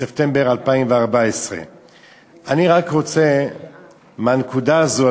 בספטמבר 2014. אני רק רוצה מהנקודה הזו,